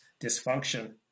dysfunction